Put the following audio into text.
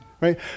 right